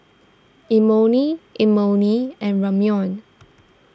Imoni Imoni and Ramyeon